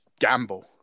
gamble